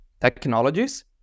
technologies